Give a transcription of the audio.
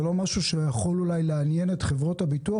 זה לא משהו שיכול אולי לעניין את חברות הביטוח,